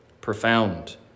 profound